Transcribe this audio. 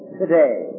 today